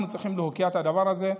אנחנו צריכים להוקיע את הדבר הזה.